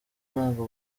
nabwo